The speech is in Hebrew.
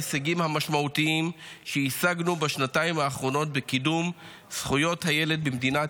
המשמעותיים שהשגנו בשנתיים האחרונות בקידום זכויות הילד במדינת